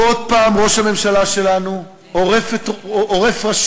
ועוד פעם ראש הממשלה שלנו עורף ראשים